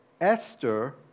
Esther